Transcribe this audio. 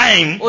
Time